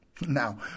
Now